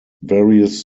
various